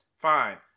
fine